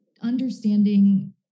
understanding